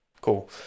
cool